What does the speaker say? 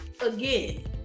again